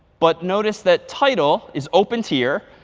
but notice that title is open tier.